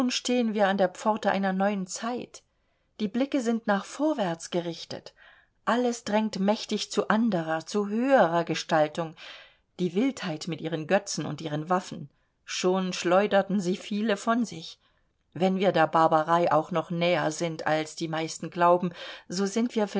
stehen wir an der pforte einer neuen zeit die blicke sind nach vorwärts gerichtet alles drängt mächtig zu anderer zu höherer gestaltung die wildheit mit ihren götzen und ihren waffen schon schleuderten sie viele von sich wenn wir der barbarei auch noch näher sind als die meisten glauben so sind wir